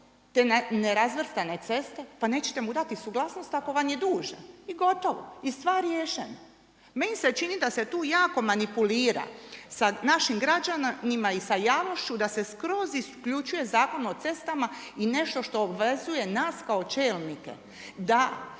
te nerazvrstane ceste pa nećete mu dati suglasnost ako vam je dužan i gotovo. I stvar riješena. Meni se čini da se tu jako manipulira sa našim građanima i sa javnošću da se skroz isključuje Zakon o cestama i nešto što obvezuje nas kao čelnike da